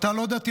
אתה לא דתי,